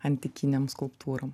antikinėm skulptūrom